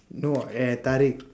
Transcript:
no